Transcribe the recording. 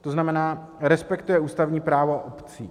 To znamená, respektuje ústavní právo obcí.